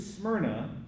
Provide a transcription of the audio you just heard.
smyrna